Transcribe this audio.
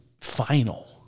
final